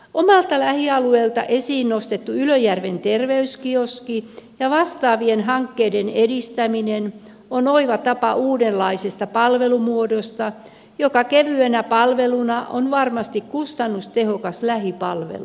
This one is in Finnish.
omalta lähialueeltani esiin nostetun ylöjärven terveyskioskin ja vastaavien hankkeiden edistäminen on oiva tapa uudenlaiseksi palvelumuodoksi joka kevyenä palveluna on varmasti kustannustehokas lähipalvelu